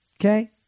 Okay